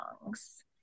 songs